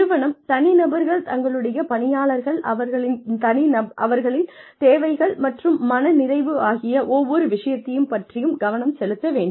நிறுவனம் தனிநபர்கள் தங்களுடைய பணியாளர்கள் அவர்களின் தேவைகள் மற்றும் மன நிறைவு ஆகிய ஒவ்வொரு விஷயத்தைப் பற்றியும் கவனம் செலுத்த வேண்டும்